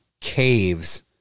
caves